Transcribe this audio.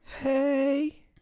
Hey